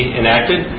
enacted